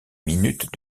minute